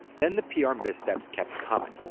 then the pr missteps kept coming.